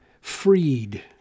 freed